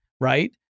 right